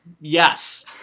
Yes